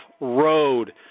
road